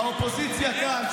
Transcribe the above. והאופוזיציה כאן,